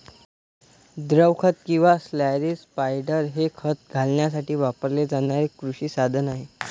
द्रव खत किंवा स्लरी स्पायडर हे खत घालण्यासाठी वापरले जाणारे कृषी साधन आहे